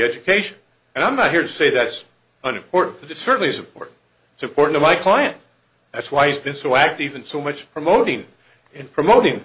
education and i'm not here to say that it's an important to certainly support supporting my client that's why it's been so active and so much promoting in promoting